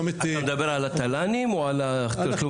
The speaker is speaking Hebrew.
אתה מדבר על התל"נים או על החובה?